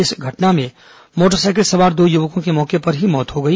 इस घटना में मोटरसाइकिल सवार दो युवकों की मौके पर ही मौत हो गई